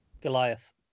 Goliath